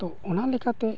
ᱛᱚ ᱚᱱᱟ ᱞᱮᱠᱟᱛᱮ